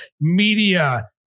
media